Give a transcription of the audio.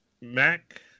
mac